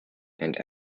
and